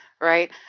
right